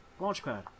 Launchpad